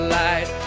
light